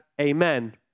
amen